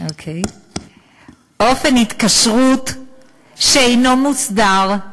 אופן התקשרות שאינו מוסדר,